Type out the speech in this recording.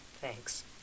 Thanks